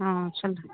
ஆ சொல்